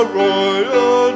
royal